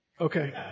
Okay